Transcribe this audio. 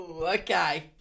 Okay